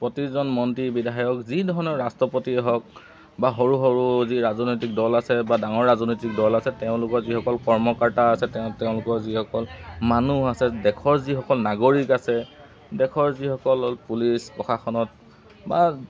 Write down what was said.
প্ৰতিজন মন্ত্ৰী বিধায়ক যিধৰণৰ ৰাষ্ট্ৰপতিয়ে হওক বা সৰু সৰু যি ৰাজনৈতিক দল আছে বা ডাঙৰ ৰাজনৈতিক দল আছে তেওঁলোকৰ যিসকল কৰ্মকৰ্তা আছে তেওঁলোকৰ যিসকল মানুহ আছে দেশৰ যিসকল নাগৰিক আছে দেশৰ যিসকল পুলিচ প্ৰশাসনত বা